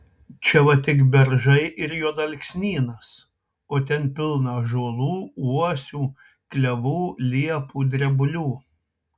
čia va tik beržai ir juodalksnynas o ten pilna ąžuolų uosių klevų liepų drebulių